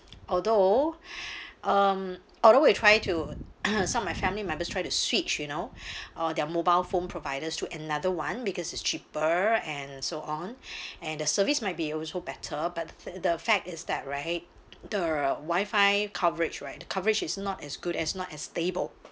although um although we try to some of my family members try to switch you know uh their mobile phone providers to another [one] because it's cheaper and so on and the service might be also better but the f~ the fact is that right the wifi coverage right the coverage is not as good and it's not as stable